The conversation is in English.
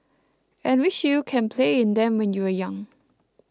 and wish you can play in them when you were young